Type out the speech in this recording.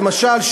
למשל,